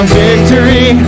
victory